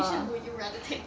which one would you rather take